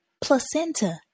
placenta